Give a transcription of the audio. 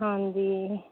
ਹਾਂਜੀ